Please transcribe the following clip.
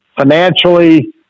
financially